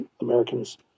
Americans